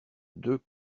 deux